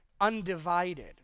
undivided